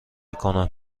کنم